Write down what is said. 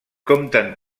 compten